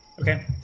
Okay